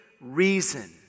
reason